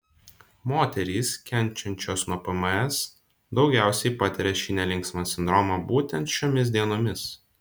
moterys kenčiančios nuo pms daugiausiai patiria šį nelinksmą sindromą būtent šiomis dienomis